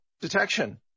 detection